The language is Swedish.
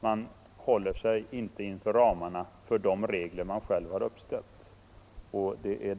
Man håller sig inte innanför m.m. ramarna för de regler man själv uppställt.